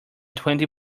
twenty